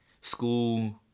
school